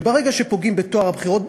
וברגע שפוגעים בטוהר הבחירות,